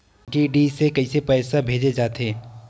DD से कइसे पईसा भेजे जाथे?